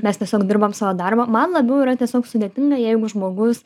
mes tiesiog dirbam savo darbą man labiau yra tiesiog sudėtinga jeigu žmogus